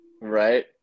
Right